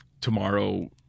tomorrow